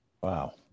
wow